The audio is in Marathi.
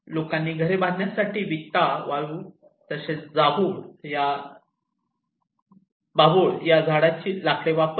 लोकांनी घरे बांधण्यासाठी विटा तसेच बाभूळ झाडाची लाकडं वापरले